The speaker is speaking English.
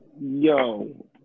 yo